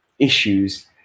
issues